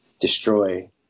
destroy